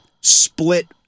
split